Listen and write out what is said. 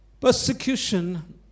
Persecution